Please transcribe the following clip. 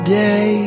day